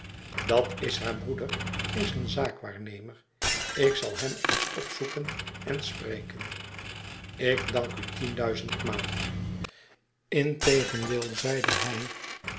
hebben skiffins datishaar broeder is een zaakwaarnemer ik zai hem eens opzoeken en spreken ik dank u tienduizendmaal integendeel zeide hij